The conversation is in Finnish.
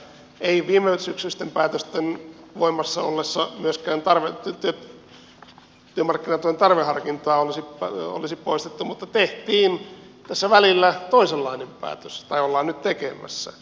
ei viimesyksyisten päätösten voimassa ollessa myöskään työmarkkinatuen tarveharkintaa olisi poistettu mutta tehtiin tässä välillä toisenlainen päätös tai ollaan nyt tekemässä